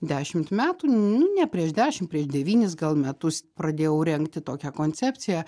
dešimt metų nu ne prieš dešimt prieš devynis gal metus pradėjau rengti tokią koncepciją